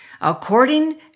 According